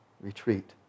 retreat